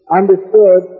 understood